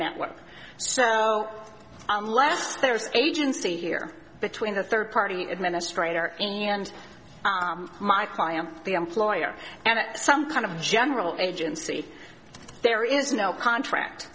network so unless there's agency here between the third party administrator any and my client the employer and some kind of general agency there is no contract